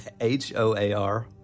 H-O-A-R